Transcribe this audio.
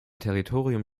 territorium